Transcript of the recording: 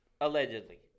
Allegedly